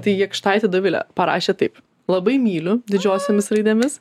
tai jakštaitė dovilė parašė taip labai myliu didžiosiomis raidėmis